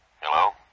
Hello